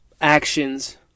actions